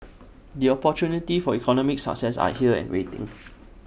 the opportunities for economic success are here and waiting